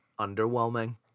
underwhelming